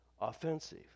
offensive